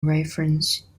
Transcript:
reference